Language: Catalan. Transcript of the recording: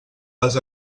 les